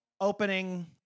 opening